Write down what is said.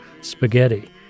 spaghetti